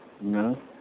No